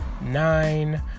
nine